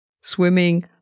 swimming